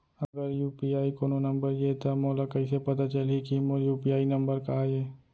अगर यू.पी.आई कोनो नंबर ये त मोला कइसे पता चलही कि मोर यू.पी.आई नंबर का ये?